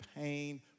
pain